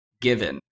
given